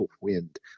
wind